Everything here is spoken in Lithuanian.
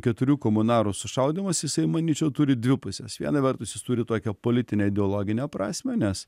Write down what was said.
keturių komunarų sušaudymas jisai manyčiau turi dvi puses viena vertus jis turi tokią politinę ideologinę prasmę nes